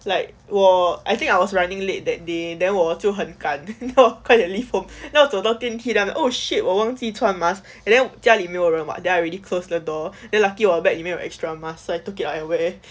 like 我 I think I was running late that day then 我就很赶:wo jiu hen ganan then 我快点 leave home 我走到电梯 then oh shit 我忘记穿 mask and then 家里没有人 what but then I already closed the door ah lucky 我的 bag 里有 extra mask then I took it out and wear